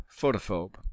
photophobe